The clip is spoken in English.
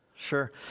Sure